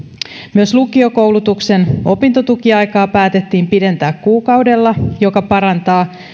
myös lukiokoulutuksen opintotukiaikaa päätettiin pidentää kuukaudella mikä parantaa